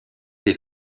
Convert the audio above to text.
des